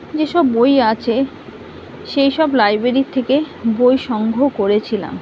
যেসব বই আছে সেই সব লাইব্রেরির থেকে বই সংগ্রহ করেছিলাম